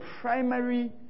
primary